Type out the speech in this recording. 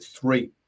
three